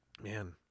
Man